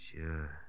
Sure